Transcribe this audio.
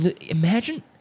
Imagine